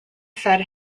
said